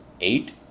eight